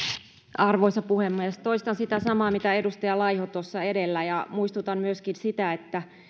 arvoisa puhemies toistan sitä samaa mitä edustaja laiho tuossa edellä ja muistutan myöskin siitä